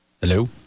Hello